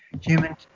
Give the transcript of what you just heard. human